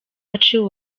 aciwe